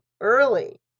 early